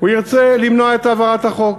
ההוצאה השנייה בגודלה, אחרי ההוצאה על דיור.